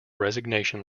resignation